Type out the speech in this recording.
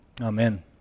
Amen